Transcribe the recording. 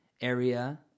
area